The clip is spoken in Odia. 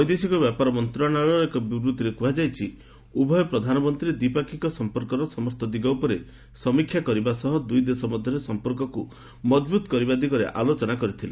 ବୈଦେଶିକ ବ୍ୟାପାର ମନ୍ତ୍ରଣାଳୟର ଏକ ବିବୃଭିରେ କୁହାଯାଇଛି ଉଭୟ ପ୍ରଧାନମନ୍ତ୍ରୀ ଦ୍ୱିପାକ୍ଷିକ ସମ୍ପର୍କର ସମସ୍ତ ଦିଗ ଉପରେ ସମୀକ୍ଷା କରିବା ସହ ଦୁଇ ଦେଶ ମଧ୍ୟରେ ସମ୍ପର୍କକୁ ମଜବୁତ୍ କରିବା ଦିଗରେ ଆଲୋଚନା କରିଥିଲେ